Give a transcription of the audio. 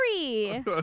sorry